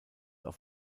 auf